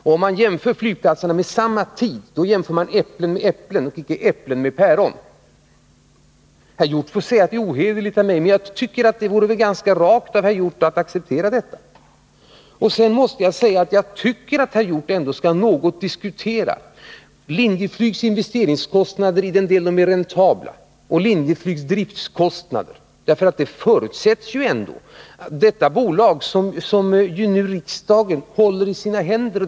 Om man jämför flygplatserna i samma tidsperspektiv, jämför man äpplen med äpplen, inte äpplen med päron. Herr Hjorth får gärna säga att det är ohederligt av mig att föra en sådan här debatt. Jag tycker att det vore ganska rakt av herr Hjorth att acceptera skillnaden i Nr 53 jämförelserna. Herr Hjorth borde något diskutera Linjeflygs investeringskostnader i den del de är räntabla och Linjeflygs driftkostnader. Riksdagen håller ju detta bolags framtid i sina händer.